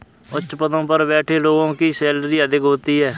उच्च पदों पर बैठे लोगों की सैलरी अधिक होती है